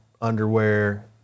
underwear